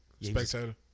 Spectator